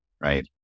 right